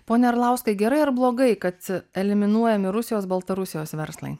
pone arlauskai gerai ar blogai kad eliminuojami rusijos baltarusijos verslai